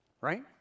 right